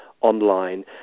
online